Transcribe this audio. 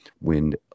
wind